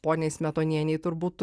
poniai smetonienei turbūt